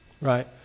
Right